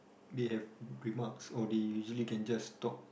they have remarks or they usually can just talk